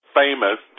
famous